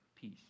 peace